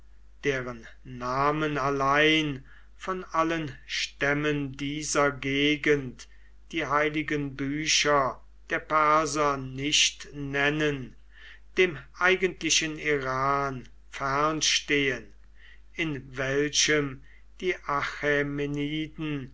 deren namen allein von allen stämmen dieser gegend die heiligen bücher der perser nicht nennen dem eigentlichen iran fern stehen in welchem die